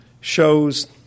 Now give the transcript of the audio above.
shows